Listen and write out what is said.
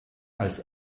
als